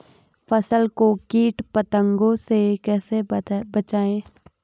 फसल को कीट पतंगों से कैसे बचाएं?